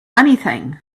anything